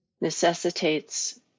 necessitates